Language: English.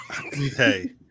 Hey